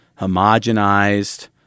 homogenized